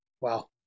wow